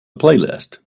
playlist